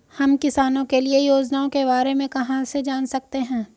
हम किसानों के लिए योजनाओं के बारे में कहाँ से जान सकते हैं?